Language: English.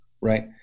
right